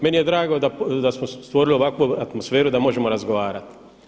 Meni je drago da smo stvorili ovakvu atmosferu da možemo razgovarati.